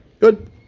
Good